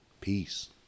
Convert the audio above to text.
Peace